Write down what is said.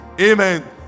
Amen